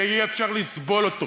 ואי-אפשר לסבול אותו.